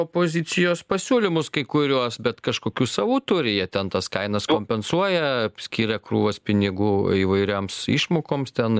opozicijos pasiūlymus kai kuriuos bet kažkokių savų turi jie ten tas kainas kompensuoja skiria krūvas pinigų įvairioms išmokoms ten